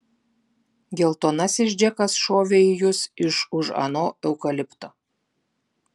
geltonasis džekas šovė į jus iš už ano eukalipto